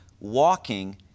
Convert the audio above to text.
walking